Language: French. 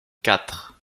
quatre